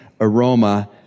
aroma